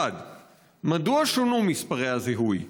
1. מדוע שונו מספרי הזיהוי?